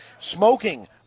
Smoking